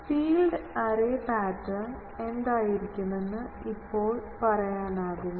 field array pattern എന്തായിരിക്കുമെന്ന് ഇപ്പോൾ പറയാനാകുമോ